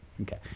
Okay